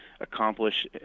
accomplish